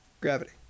Gravity